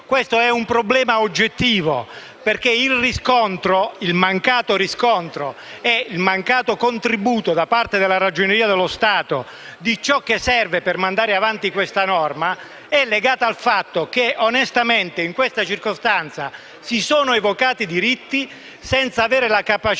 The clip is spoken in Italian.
Questo è un problema oggettivo, perché il mancato riscontro ed il mancato contributo da parte della Ragioneria generale dello Stato di ciò che serve per mandare avanti questa norma è legata al fatto che, onestamente, in questa circostanza si sono evocati diritti senza avere la capacità